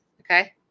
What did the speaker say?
Okay